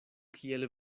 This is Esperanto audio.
kiel